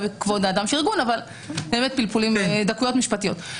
בכבוד האדם של ארגון - דקויות משפטיות.